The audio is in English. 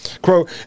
Quote